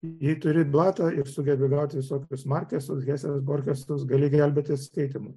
jei turi blatą ir sugebi gauti visokius markesus heses borkesus gali gelbėtis skaitymu